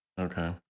Okay